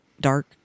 dark